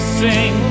sing